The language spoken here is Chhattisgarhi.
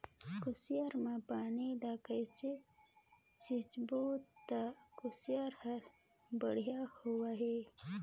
कुसियार मा पानी ला कइसे सिंचबो ता कुसियार हर बेडिया होही?